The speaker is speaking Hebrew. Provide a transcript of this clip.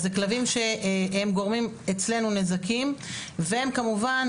זה כלבים שגורמים אצלנו נזקים וכמובן